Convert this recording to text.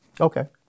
Okay